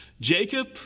Jacob